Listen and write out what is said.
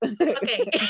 okay